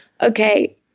okay